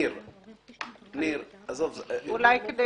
אולי כדי